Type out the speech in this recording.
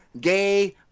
gay